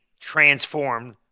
Transformed